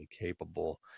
capable